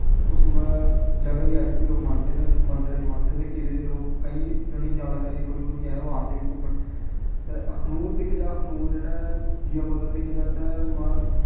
उस जगहा दी अज्ज बी लोक मनदे न उस मंदरें गी मनदे न ते किले दी लोक कईं जानकारी थोह्ड़ी बौह्ती ऐ ओह् ते अखनूर दिक्खेआ जाऽ अखनूर जेह्ड़ा ऐ जिया पोता दिक्खेआ जाऽ ऐ उत्थैं